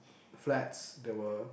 flats that were